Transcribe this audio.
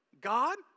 God